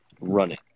running